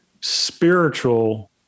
spiritual